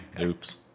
Oops